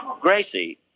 Gracie